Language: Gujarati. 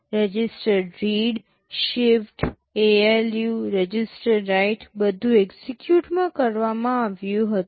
register read shift ALU register write બધું એક્ઝેક્યુટમાં કરવામાં આવ્યું હતું